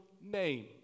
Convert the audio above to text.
name